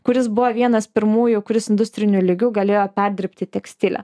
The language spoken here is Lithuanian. kuris buvo vienas pirmųjų kuris industriniu lygiu galėjo perdirbti tekstilę